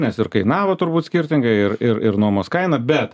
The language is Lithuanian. nes ir kainavo turbūt skirtingai ir ir ir nuomos kaina bet